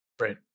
Right